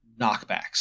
knockbacks